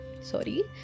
sorry